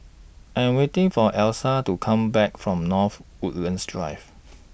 I Am waiting For Eloisa to Come Back from North Woodlands Drive